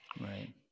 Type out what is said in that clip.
Right